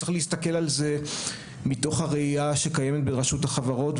צריך להסתכל על זה מתוך הראייה שקיימת ברשות החברות,